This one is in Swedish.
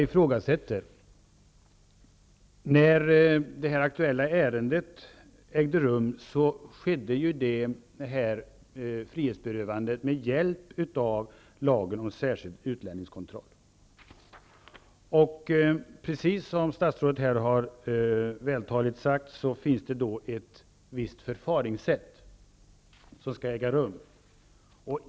När handläggningen av det aktuella ärendet ägde rum skedde frihetsberövandet med hjälp av lagen om särskild utlänningskontroll. Precis som statsrådet vältaligt har sagt finns det ett visst förfaringssätt för detta.